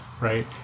right